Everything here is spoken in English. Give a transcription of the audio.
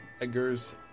Eggers